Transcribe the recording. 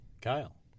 Kyle